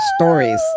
stories